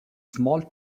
small